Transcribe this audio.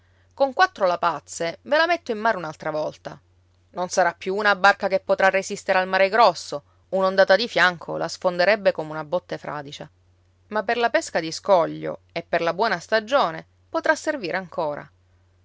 con quattro lapazze ve la metto in mare un'altra volta non sarà più una barca che potrà resistere al mare grosso un'ondata di fianco la sfonderebbe come una botte fradicia ma per la pesca di scoglio e per la buona stagione potrà servire ancora